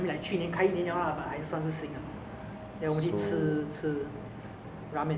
日本人在 ah 那个 mall 就是开了一间 ah 乐拉面的店